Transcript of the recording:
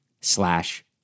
slash